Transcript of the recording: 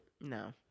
No